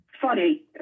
funny